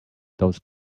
those